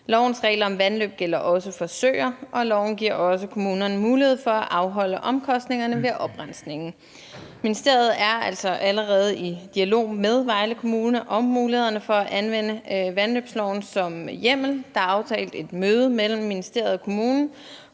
Lovens regler om vandløb gælder også for søer, og loven giver også kommunerne mulighed for at afholde omkostningerne ved oprensningen. Ministeriet er altså allerede i dialog med Vejle Kommune om mulighederne for at anvende vandløbsloven som hjemmel. Der er aftalt et møde mellem ministeriet og kommunen,